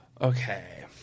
Okay